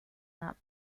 not